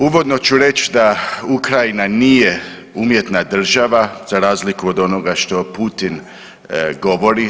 Uvodno ću reći da Ukrajina nije umjetna država za razliku od onoga što Putin govori.